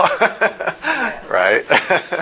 right